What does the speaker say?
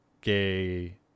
Gay